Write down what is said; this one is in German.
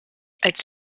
als